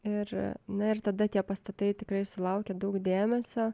ir na ir tada tie pastatai tikrai sulaukia daug dėmesio